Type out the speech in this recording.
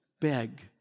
beg